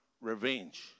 revenge